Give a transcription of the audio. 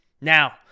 Now